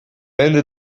ende